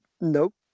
Nope